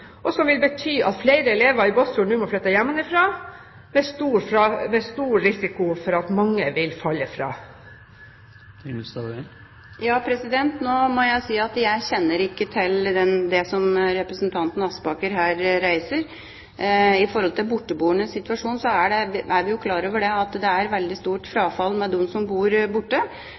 skolepolitikk, som vil bety at flere elever i Båtsfjord nå må flytte hjemmefra, med stor risiko for at mange vil falle fra? Nå må jeg si at jeg ikke kjenner til det som representanten Aspaker her beskriver. I forhold til borteboernes situasjon er vi klar over at det er veldig stort frafall blant dem som bor borte.